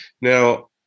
Now